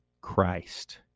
Christ